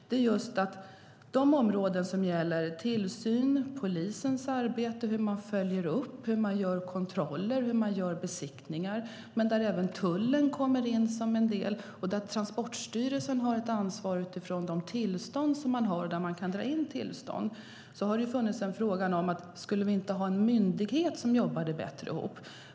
Det handlar just om de områden som gäller tillsyn, polisens arbete, hur man följer upp, hur man gör kontroller och hur man gör besiktningar. Även tullen kommer in som en del. Transportstyrelsen har ett ansvar utifrån de tillstånd som man har, och man kan dra in tillstånd. Där har det funnits en fråga: Skulle vi inte ha en myndighet där man jobbade bättre ihop?